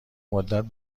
مدت